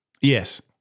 Yes